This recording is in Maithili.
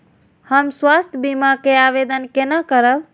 हम स्वास्थ्य बीमा के आवेदन केना करब?